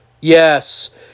Yes